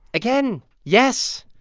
again, yes.